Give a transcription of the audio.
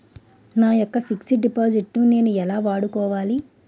నా యెక్క fixed deposit ను నేను ఎలా వాడుకోవాలి?